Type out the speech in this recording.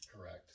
correct